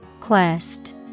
Quest